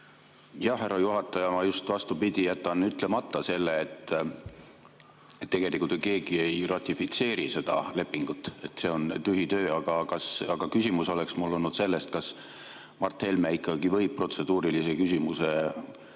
on? Härra juhataja, ma just, vastupidi, jätan ütlemata selle, et tegelikult ju keegi ei ratifitseeri seda lepingut. See on tühi töö. Aga küsimus on mul selle kohta, kas Mart Helme ikkagi võib protseduurilise küsimuse sildi